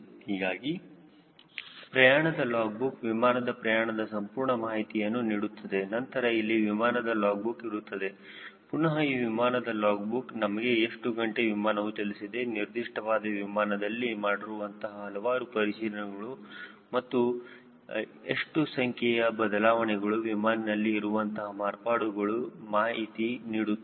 ಹೀಗಾಗಿ ಪ್ರಯಾಣದ log book ವಿಮಾನದ ಪ್ರಯಾಣದ ಸಂಪೂರ್ಣ ಮಾಹಿತಿಯನ್ನು ನೀಡುತ್ತದೆ ನಂತರ ಇಲ್ಲಿ ವಿಮಾನದ ಲಾಗ್ ಬುಕ್ ಇರುತ್ತದೆ ಪುನಹ ಈ ವಿಮಾನದ ಲಾಗ್ ಬುಕ್ ನಮಗೆ ಎಷ್ಟು ಗಂಟೆ ವಿಮಾನವು ಚಲಿಸಿದೆ ನಿರ್ದಿಷ್ಟವಾದ ವಿಮಾನದಲ್ಲಿ ಮಾಡಿರುವಂತಹ ಹಲವಾರು ಪರಿಶೀಲನೆಗಳು ಎಷ್ಟು ಸಂಖ್ಯೆಯ ಬದಲಾವಣೆಗಳು ವಿಮಾನಿನಲ್ಲಿ ಇರುವಂತಹ ಮಾರ್ಪಾಡುಗಳ ಮಾಹಿತಿ ನೀಡುತ್ತದೆ